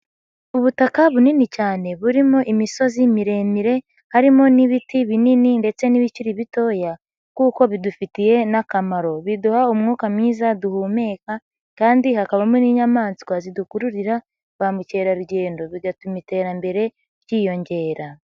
Ubutaka bunini cyane burimo imisozi miremire, harimo n'ibiti binini ndetse n'ibikiri bitoya kuko bidufitiye n'akamaro. Biduha umwuka mwiza duhumeka kandi hakabamo n'inyamaswa zidukururira ba mukerarugendo, bigatuma iterambere ryiyongera.